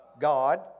God